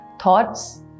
thoughts